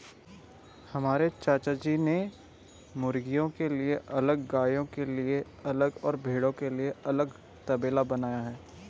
हमारे चाचाजी ने मुर्गियों के लिए अलग गायों के लिए अलग और भेड़ों के लिए अलग तबेला बनाया है